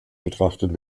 betrachtet